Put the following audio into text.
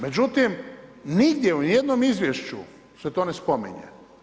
Međutim, nigdje ni u jednom izvješću se to ne spominje.